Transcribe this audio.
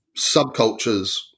subcultures